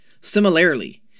Similarly